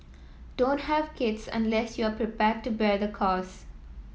don't have kids unless you are prepared to bear the cost